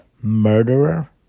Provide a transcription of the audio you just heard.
Murderer